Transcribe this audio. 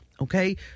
Okay